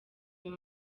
uyu